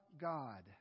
God